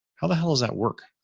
how the hell is that work?